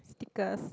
stickers